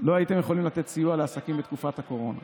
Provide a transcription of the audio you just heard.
לא הייתם יכולים לתת סיוע לעסקים בתקופת הקורונה.